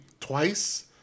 twice